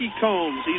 Combs